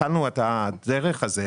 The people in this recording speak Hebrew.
עת התחלנו את הדרך הזו,